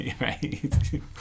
Right